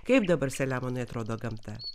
kaip dabar saliamonai atrodo gamta